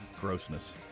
grossness